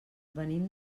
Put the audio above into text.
venim